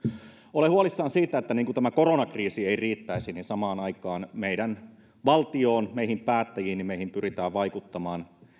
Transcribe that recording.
olen huolissani siitä että niin kuin tämä koronakriisi ei riittäisi niin samaan aikaan meidän valtioon meihin päättäjiin pyritään vaikuttamaan